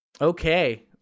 Okay